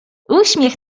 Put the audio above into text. uśmiech